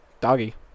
Doggy